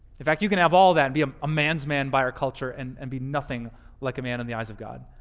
in fact, you can have all that and be um a man's man by our culture and and be nothing like a man in the eyes of god.